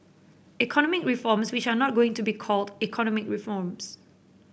economic reforms which are not going to be called economic reforms